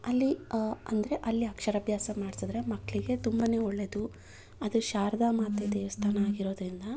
ಅಲ್ಲಿ ಅಂದರೆ ಅಲ್ಲಿ ಅಕ್ಷರಾಭ್ಯಾಸ ಮಾಡ್ಸಿದ್ರೆ ಮಕ್ಕಳಿಗೆ ತುಂಬನೇ ಒಳ್ಳೆದು ಅದು ಶಾರದಾ ಮಾತೆ ದೇವಸ್ಥಾನ ಆಗಿರೋದ್ರಿಂದ